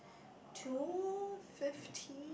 two fifteen